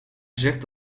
gezegd